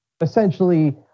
essentially